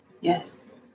Yes